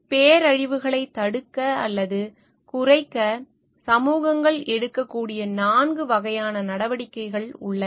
பேரழிவுகளைத் தடுக்க அல்லது குறைக்க சமூகங்கள் எடுக்கக்கூடிய நான்கு வகையான நடவடிக்கைகள் உள்ளன